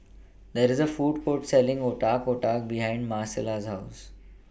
There IS A Food Court Selling Otak Otak behind Marcella's House